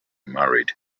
married